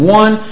one